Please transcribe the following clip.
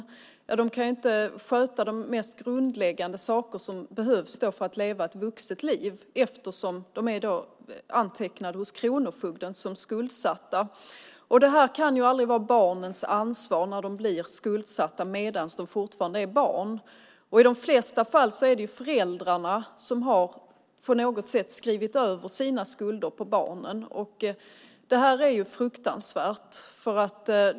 Eftersom de är antecknade som skuldsatta hos kronofogden kan de inte sköta de mest grundläggande saker som krävs för att kunna leva ett vuxet liv. Det kan aldrig vara barnens ansvar när de blir skuldsatta medan de fortfarande är barn. I de flesta fall är det föräldrarna som på något sätt har skrivit över sina skulder på barnen. Det här är fruktansvärt.